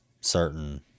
certain